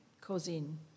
causing